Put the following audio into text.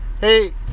Hey